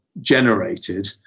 generated